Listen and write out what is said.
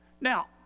Now